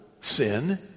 sin